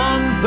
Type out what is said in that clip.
One